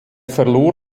verlor